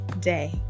day